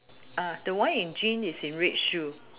uh the one in jeans is in red shoe